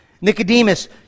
Nicodemus